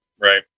Right